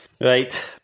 Right